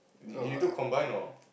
did you took combined or